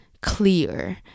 clear